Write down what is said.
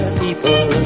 people